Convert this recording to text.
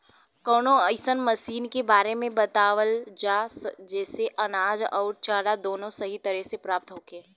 कवनो अइसन मशीन के बारे में बतावल जा जेसे अनाज अउर चारा दोनों सही तरह से प्राप्त होखे?